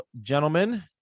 gentlemen